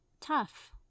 tough